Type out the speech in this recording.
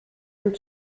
dem